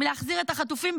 מלהחזיר את החטופים,